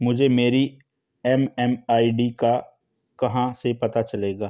मुझे मेरी एम.एम.आई.डी का कहाँ से पता चलेगा?